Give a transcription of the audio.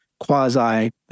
quasi